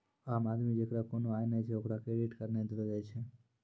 आम आदमी जेकरा कोनो आय नै छै ओकरा क्रेडिट कार्ड नै देलो जाय छै